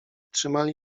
trzymali